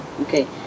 Okay